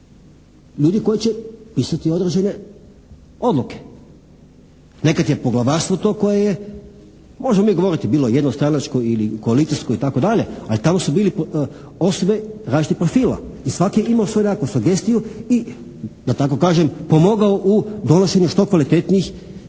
Ljudi koji će pisati određene odluke. Nekad je poglavarstvo to koje je, možemo mi govoriti bilo jednostranačko ili koalicijsko i tako dalje, ali tamo su bili posve različitih profila i svaki je imao svoju nekakvu sugestiju i da tako kažem pomogao u donošenju što kvalitetnijih